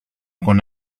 con